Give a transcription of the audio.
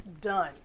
Done